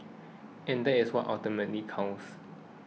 and that is what ultimately counts